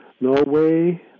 Norway